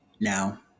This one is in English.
now